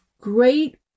great